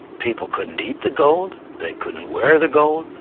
people couldn't eat the gold, they couldn't wear the gold,